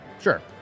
Sure